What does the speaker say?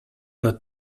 not